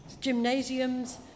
gymnasiums